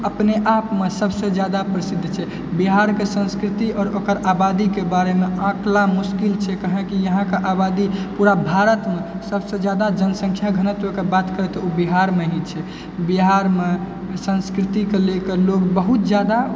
अपने आपमे सबसँ ज्यादा प्रसिद्ध छै बिहारके संस्कृति आओर ओकर आबादीके बारेमे आँकनाइ मोसकिल छै काहेकि यहाँके आबादी पूरा भारतमे सबसँ ज्यादा जनसंख्या घनत्व अगर बात करबै तऽ ओ बिहारमे ही छै बिहारमे संस्कृतिके लेकर लोक बहुत ज्यादा